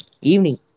evening